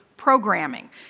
programming